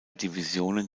divisionen